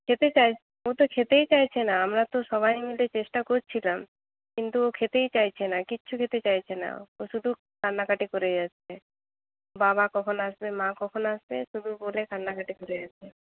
খেতে চাই ও তো খেতেই চাইছে না আমরা তো সবাই মিলে চেষ্টা করছিলাম কিন্তু ও খেতেই চাইছে না কিচ্ছু খেতে চাইছে না ও শুধু কান্নাকাটি করে যাচ্ছে বাবা কখন আসবে মা কখন আসবে শুধু বলে কান্নাকাটি করে যাচ্ছে